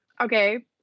Okay